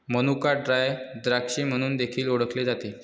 मनुका ड्राय द्राक्षे म्हणून देखील ओळखले जातात